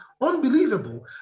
unbelievable